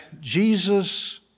Jesus